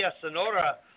Sonora